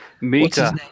Mika